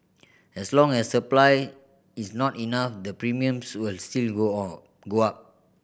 as long as supply is not enough the premiums will still go on go up